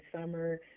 summer